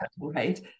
right